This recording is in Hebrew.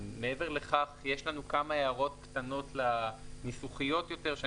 מעבר לכך יש לנו כמה הערות קטנות ניסוחיות יותר.